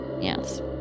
yes